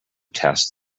test